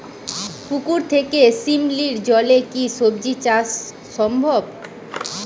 পুকুর থেকে শিমলির জলে কি সবজি চাষ সম্ভব?